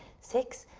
six,